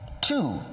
Two